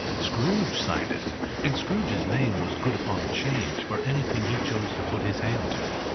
scrooge signed it and scrooge's name was good upon change, for anything he chose to put his hand to.